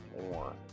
more